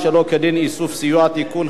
(תיקון, איסוף נתוני זיהוי),